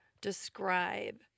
describe